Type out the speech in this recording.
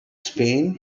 spain